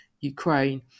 Ukraine